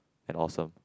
and awesome